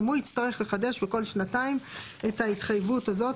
גם הוא יצטרך לחדש בכל שנתיים את ההתחייבות הזאת